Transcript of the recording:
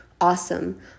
awesome